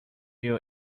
your